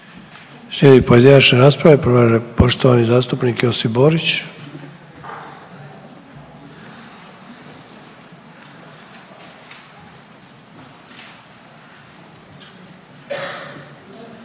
Slijedi pojedinačna rasprava i prvi je poštovani zastupnik Josip Borić.